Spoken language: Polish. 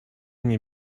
nie